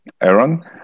Aaron